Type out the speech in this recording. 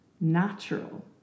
natural